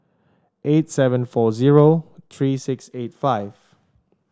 eight seven four zero three six eight five